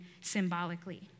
symbolically